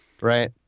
Right